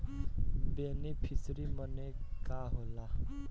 Beneficiary मने का होला?